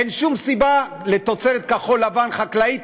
אין שום סיבה לתוצרת כחול-לבן חקלאית